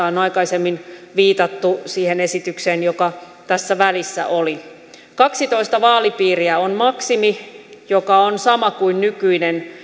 on aikaisemmin viitattu joka tässä välissä oli kaksitoista vaalipiiriä on maksimi joka on sama kuin nykyinen